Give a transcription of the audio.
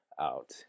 out